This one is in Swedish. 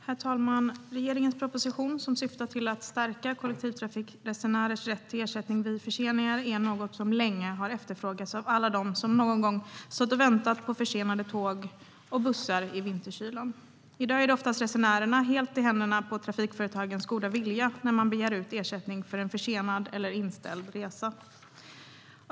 Herr talman! Regeringens proposition som syftar till att stärka kollektivtrafikresenärers rätt till ersättning vid förseningar är något som länge har efterfrågats av alla de som någon gång stått och väntat på försenade tåg och bussar i vinterkylan. I dag är oftast resenärerna helt i händerna på trafikföretagens goda vilja när de begär ut ersättning för en försenad eller inställd resa.